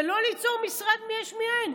ולא ליצור משרד יש מאין,